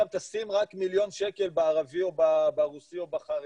עכשיו תשים רק מיליון שקל בערבי או ברוסי או בחרדי.